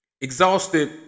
Exhausted